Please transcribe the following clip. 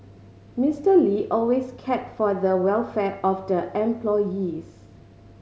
Mister Lee always cared for the welfare of the employees